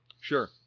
sure